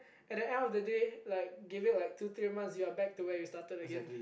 at the end of the day like give it like two three months you are back to where you started again